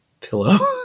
Pillow